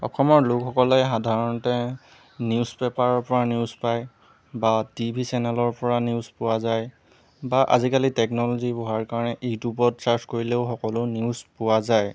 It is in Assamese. অসমৰ লোকসকলে সাধাৰণতে নিউজ পেপাৰৰ পৰা নিউজ পাই বা টিভি চেনেলৰ পৰা নিউজ পোৱা যায় বা আজিকালি টেকনলজীবোৰ হোৱাৰ কাৰণে ইউটিউবত ছাৰ্চ কৰিলেও সকলো নিউজ পোৱা যায়